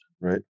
right